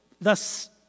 Thus